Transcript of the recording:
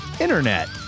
Internet